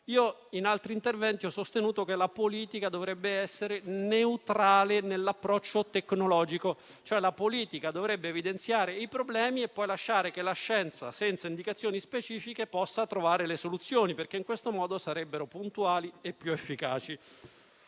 In altri interventi ho sostenuto che la politica dovrebbe essere neutrale nell'approccio tecnologico; la politica dovrebbe evidenziare i problemi e poi lasciare che la scienza, senza indicazioni specifiche, possa trovare le soluzioni perché in questo modo sarebbero puntuali e più efficaci.